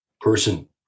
person